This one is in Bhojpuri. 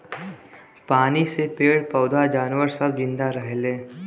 पानी से पेड़ पौधा जानवर सब जिन्दा रहेले